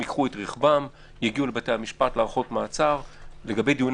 - נגיף הקורונה החדש (דיונים בבתי משפט ובבתי דין